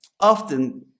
often